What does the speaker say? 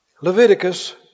Leviticus